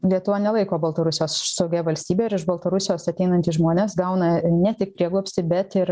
lietuva nelaiko baltarusijos saugia valstybe ir iš baltarusijos ateinantys žmonės gauna ne prieglobstį bet ir